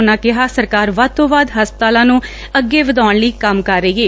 ਉਨਾਂ ਕਿਹਾ ਕਿ ਸਰਕਾਰ ਵੱਧ ਤੋਂ ਵੱਧ ਹਸਪਤਾਲਾਂ ਨੂੰ ਅੱਗੇ ਵਧਾਉਣ ਲਈ ਕੰਮ ਕਰ ਰਹੀ ਏ